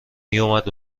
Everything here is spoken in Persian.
میومد